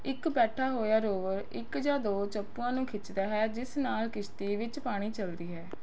ਇੱਕ ਬੈਠਾ ਹੋਇਆ ਰੋਵਰ ਇੱਕ ਜਾਂ ਦੋ ਚੱਪੂਆਂ ਨੂੰ ਖਿੱਚਦਾ ਹੈ ਜਿਸ ਨਾਲ ਕਿਸ਼ਤੀ ਵਿੱਚ ਪਾਣੀ ਚੱਲਦੀ ਹੈ